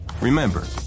Remember